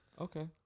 okay